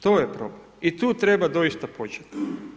To je problem i tu treba dosita početi.